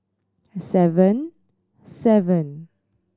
seven seven